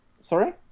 sorry